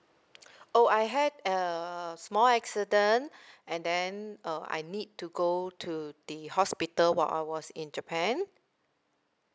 oh I had a small accident and then uh I need to go to the hospital while I was in japan